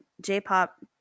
J-pop